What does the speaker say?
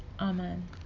Amen